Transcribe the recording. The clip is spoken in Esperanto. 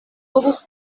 povus